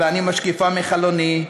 / ואני משקיפה מחלוני.